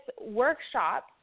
workshop